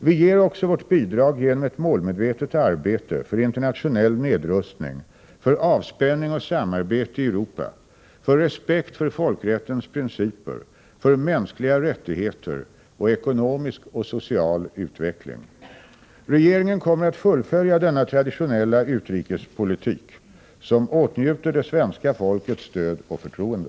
Vi ger också vårt bidrag genom ett målmedvetet arbete för internationell nedrustning, för avspänning och samarbete i Europa, för respekt för folkrättens principer, för mänskliga rättigheter och ekonomisk och social utveckling. Regeringen kommer att fullfölja denna traditionella utrikespolitik, som åtnjuter det svenska folkets stöd och förtroende.